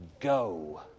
Go